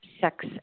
sex